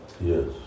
Yes